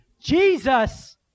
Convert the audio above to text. Jesus